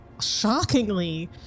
Shockingly